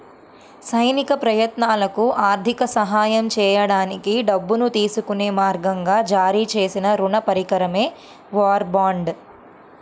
సైనిక ప్రయత్నాలకు ఆర్థిక సహాయం చేయడానికి డబ్బును తీసుకునే మార్గంగా జారీ చేసిన రుణ పరికరమే వార్ బాండ్